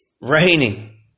raining